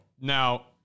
Now